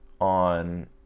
on